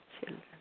children